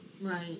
Right